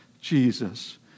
Jesus